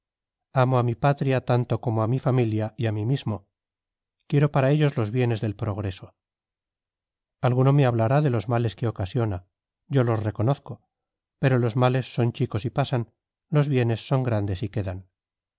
amo a mi patria tanto como a mi familia y a mí mismo quiero para ellos los bienes del progreso alguno me hablará de los males que ocasiona yo los reconozco pero los males son chicos y pasan los bienes son grandes y quedan